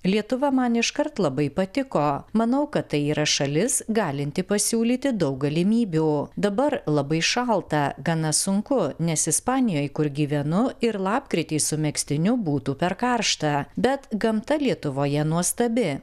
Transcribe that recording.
lietuva man iškart labai patiko manau kad tai yra šalis galinti pasiūlyti daug galimybių dabar labai šalta gana sunku nes ispanijoj kur gyvenu ir lapkritį su megztiniu būtų per karšta bet gamta lietuvoje nuostabi